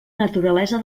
naturalesa